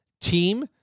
team